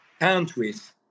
countries